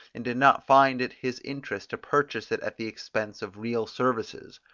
and did not find it his interest to purchase it at the expense of real services.